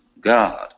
God